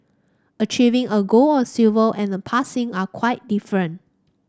achieving a gold or silver and passing are quite different